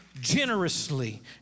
generously